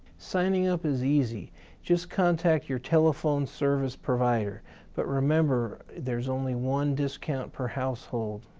signing up is easy just contact your telephone service provider but remember there's only one discount per household.